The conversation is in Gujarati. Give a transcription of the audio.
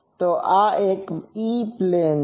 તો આ એક ઇ પ્લેન છે